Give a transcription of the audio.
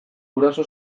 guraso